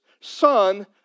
son